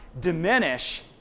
diminish